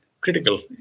critical